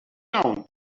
down